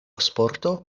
sporto